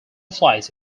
flights